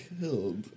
killed